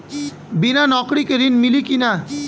बिना नौकरी के ऋण मिली कि ना?